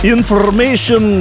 Information